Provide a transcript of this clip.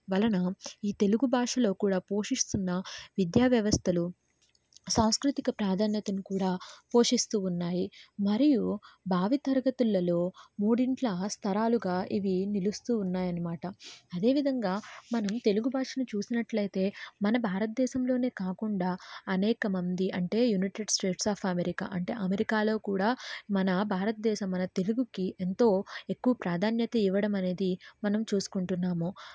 వలన ఈ తెలుగు భాషలో కూడా పోషిస్తున్న విద్యావ్యవస్థలు సాంస్కృతిక ప్రాధాన్యతను కూడా పోషిస్తూ ఉన్నాయి మరియు భావి తరగతులలో మూడింట్లా స్థానాలుగా ఇవి నిలుస్తూ ఉన్నాయి అనమాట అదేవిధంగా మనం తెలుగు భాషను చూసినట్లయితే మన భారతదేశంలోనే కాకుండా అనేకమంది అంటే యునైటెడ్ స్టేట్స్ ఆఫ్ అమెరికా అంటే అమెరికాలో కూడా మన భారతదేశం మన తెలుగుకి ఎంతో ఎక్కువ ప్రాధాన్యత ఇవ్వడం అనేది మనం చూసుకుంటున్నాము